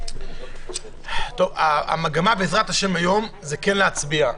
המגמה היום היא להצביע,